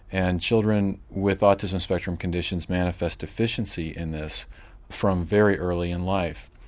and children with autism spectrum conditions manifest deficiency in this from very early in life.